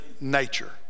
nature